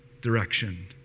direction